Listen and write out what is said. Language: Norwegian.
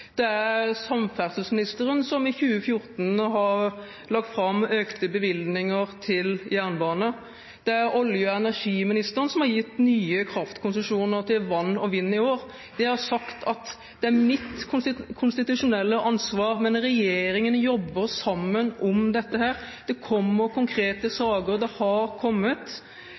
Det er samferdselsministeren som i 2014 har lagt fram økte bevilgninger til jernbane. Det er olje- og energiministeren som har gitt nye kraftkonsesjoner til vann og vind i år. Jeg har sagt at det er mitt konstitusjonelle ansvar, men regjeringen jobber sammen om dette. Det kommer og har kommet konkrete saker. Men vi sier at den viktigste omstillingen er det